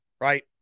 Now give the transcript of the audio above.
right